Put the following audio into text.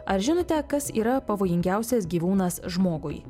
ar žinote kas yra pavojingiausias gyvūnas žmogui